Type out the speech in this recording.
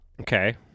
Okay